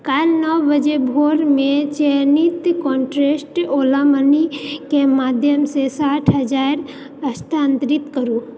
काल्हि नओ बजे भोरमे चयनित कॉन्ट्रेस्ट ओला मनीके माध्यमसँ साठि हजार स्थानांतरित करू